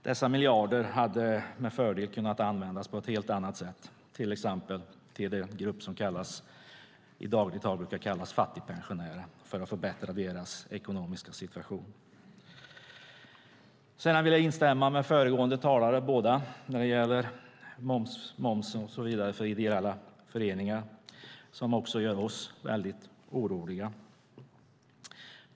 Dessa miljarder hade med fördel kunnat användas på ett helt annat sätt, till exempel för att förbättra den ekonomiska situationen för den grupp som i dagligt tal kallas fattigpensionärer. Sedan vill jag instämma med båda föregående talare när det gäller moms och så vidare för ideella föreningar. Det gör också oss väldigt oroliga.